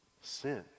sin